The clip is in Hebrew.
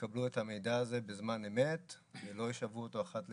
יקבלו את המידע הזה בזמן אמת ולא ישאבו אותו אחת לשנה.